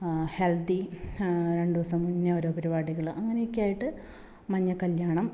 ഹൽദി രണ്ട് ദിവസം മുന്നേ ഓരോ പരിപാടികൾ അങ്ങനെയൊക്കെ ആയിട്ട് മഞ്ഞ കല്യാണം